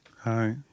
Hi